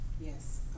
Yes